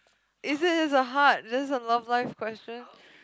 is it is a heart is this a love life question